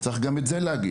וצריך גם את זה להגיד.